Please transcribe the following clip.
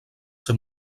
ser